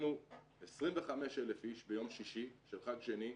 שהוצאנו 25,000 איש ביום שישי של חג שני,